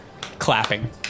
clapping